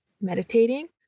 meditating